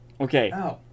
Okay